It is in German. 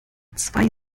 zwei